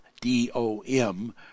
D-O-M